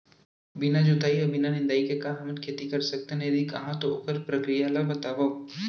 बिना जुताई अऊ निंदाई के का हमन खेती कर सकथन, यदि कहाँ तो ओखर प्रक्रिया ला बतावव?